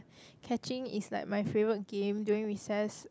catching is like my favourite game during recess